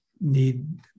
need